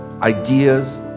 ideas